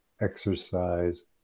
exercise